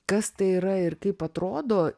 kas tai yra ir kaip atrodo